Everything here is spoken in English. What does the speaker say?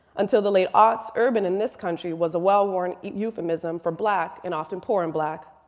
until the late aughts, urban in this country was a well-worn euphemism for black and often poor and black.